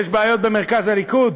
יש בעיות במרכז הליכוד.